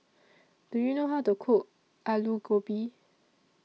Do YOU know How to Cook Alu Gobi